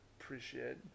appreciate